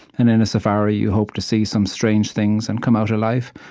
and in a safari, you hope to see some strange things and come out alive,